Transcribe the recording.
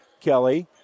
Kelly